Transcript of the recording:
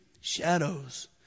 Shadows